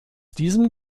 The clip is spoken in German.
diesem